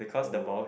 oh